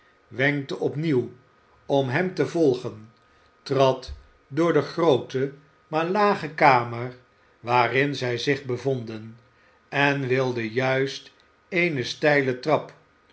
wenkte opnieuw om hem te volgen trad door de groote maar lage kamer waarin zij zich bevonden en wilde juist eene steile trap